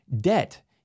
debt